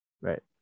right